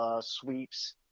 sweeps